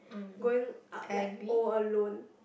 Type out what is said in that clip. growing ou~ like old alone